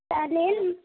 चालेल